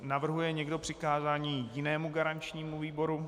Navrhuje někdo přikázání jinému garančnímu výboru?